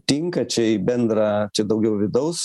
tinka čia į bendrą čia daugiau vidaus